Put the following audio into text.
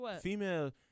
female